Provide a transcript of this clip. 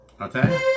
okay